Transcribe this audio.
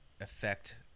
affect